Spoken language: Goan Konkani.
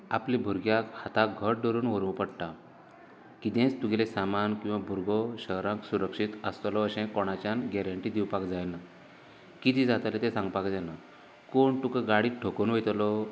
आपल्या भुरग्याक हातांक घट्ट धरुन व्हरुंक पडटा कितेंच तुगेले सामान किंवां भुरगो शहरांत सुरक्षीत आसतलो अशें कोणाच्यान गेरेंन्टी दिवपाक जायना कितें जातले ते सांगपाक जायना कोण तुका गाडी ठोकून वयतलो